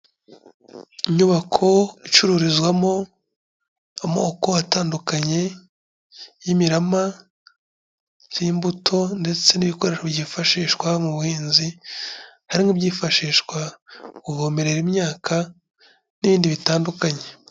Inyubako icururizwamo, amoko atandukanye y'imirama, imbuto. Ndetse n'ibikoresho byifashishwa mu buhinzi. Harimo byifashishwa kuvomerera imyaka, n'ibindi bitandukanye.